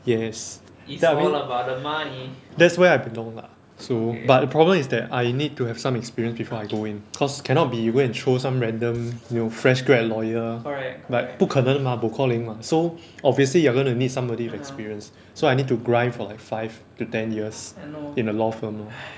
yes kay lah I mean that's where I belong lah so but the problem is that I need to have some experience before I go in cause cannot be you go and throw some random you know fresh grad lawyer like 不可能的 mah bo mah so obviously you are going to need somebody with experience so I need to grind for like five to ten years in a law firm lor